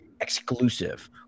exclusive